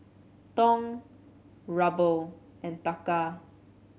Dong Ruble and Taka